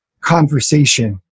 conversation